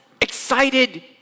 excited